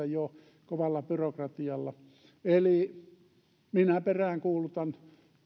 jo kovalla byrokratialla sidottuja rahoja eli minä peräänkuulutan